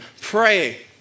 Pray